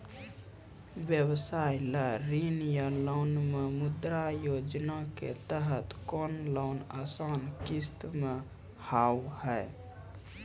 व्यवसाय ला ऋण या लोन मे मुद्रा योजना के तहत कोनो लोन आसान किस्त मे हाव हाय?